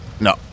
No